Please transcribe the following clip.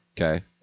Okay